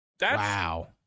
Wow